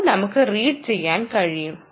അത് നമുക്ക് റീഡ് ചെയാൻ കഴിയും